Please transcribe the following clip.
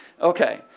okay